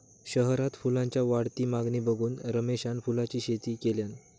शहरात फुलांच्या वाढती मागणी बघून रमेशान फुलांची शेती केल्यान